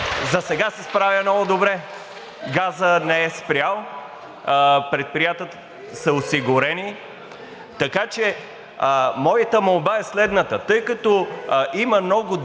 засега се справя много добре. Газът не е спрял. Предприятията са осигурени. Така че моята молба е следната: